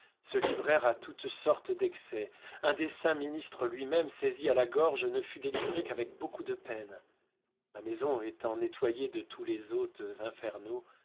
se livrèrent à toutes sortes d'excès un des saints ministres lui-même saisi à la gorge ne fut délivré qu'avec beaucoup de peine ma maison étant nettoyée de tous les hôtes infernaux